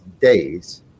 days